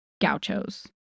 gauchos